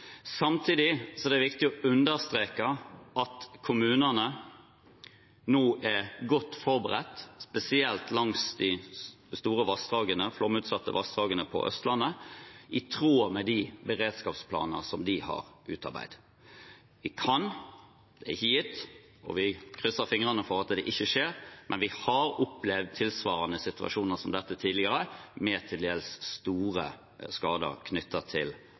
Samtidig er det viktig å understreke at kommunene nå er godt forberedt, spesielt langs de store flomutsatte vassdragene på Østlandet, i tråd med de beredskapsplaner som de har utarbeidet. Vi krysser fingrene for at det ikke skjer, men vi har opplevd tilsvarende situasjoner som dette tidligere med til dels store skader knyttet til